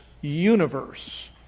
universe